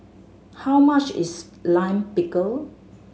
how much is Lime Pickle